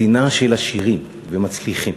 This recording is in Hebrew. שנאה לעשירים ומצליחים.